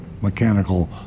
mechanical